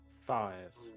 Five